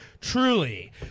truly